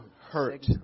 hurt